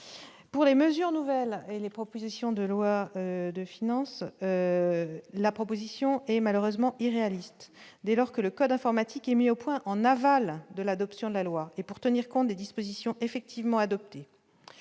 pour les mesures nouvelles et les propositions de loi de finances, la proposition est malheureusement irréaliste dès lors que le code informatique et mis au point en aval de l'adoption de la loi et pour tenir compte des dispositions effectivement adopté